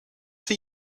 for